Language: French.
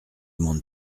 demande